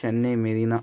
Chennai Marina